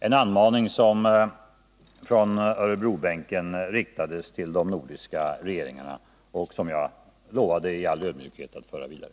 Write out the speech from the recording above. — en anmaning från Örebrobänken till de nordiska regeringarna, som jag lovar att i all ödmjukhet föra vidare.